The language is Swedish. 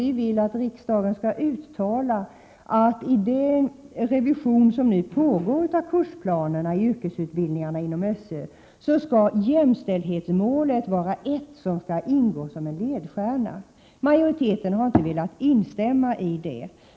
Vi vill att riksdagen skall uttala att i den revision som SÖ genomför av yrkesutbildningarnas kursplaner jämställdhetsmålet skall vara en ledstjärna. Majoriteten har inte velat instämma i detta.